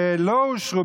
שלא אושרו